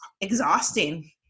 exhausting